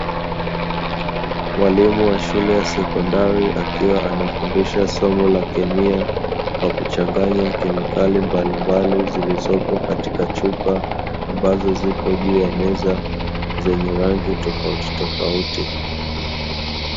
Walimu wa shule ya sekondari akiwa anafundisha somo la kemia kwa kuchanganya kemikali mbalimbali zilizopo katika chupa, ambazo zipo juu ya meza zenye rangi tofautitofauti.